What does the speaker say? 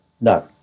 No